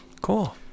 cool